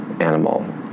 animal